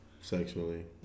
sexually